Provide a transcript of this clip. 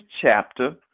chapter